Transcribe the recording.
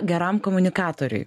geram komunikatoriui